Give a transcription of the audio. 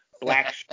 black